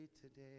today